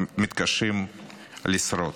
מתקשים לשרוד.